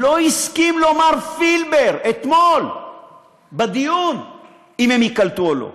לא הסכים פילבר אתמול בדיון לומר אם הם ייקלטו או לא.